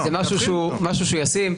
זה משהו שהוא ישים.